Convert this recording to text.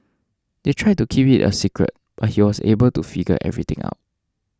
they tried to keep it a secret but he was able to figure everything out